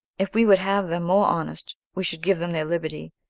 if we would have them more honest, we should give them their liberty,